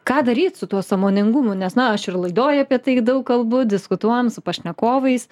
ką daryt su tuo sąmoningumu nes na aš ir laidoj apie tai daug kalbu diskutuojam su pašnekovais